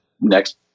next